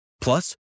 Plus